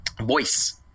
Voice